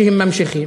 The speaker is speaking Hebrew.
שנמשכים,